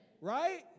right